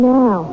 now